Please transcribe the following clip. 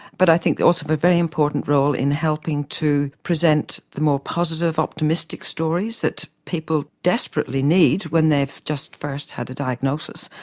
but i think they play a very important role in helping to present the more positive optimistic stories that people desperately need when they've just first had a diagnosis.